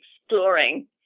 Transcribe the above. exploring